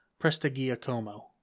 Prestigiacomo